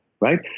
right